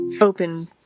Open